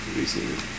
recently